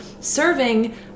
serving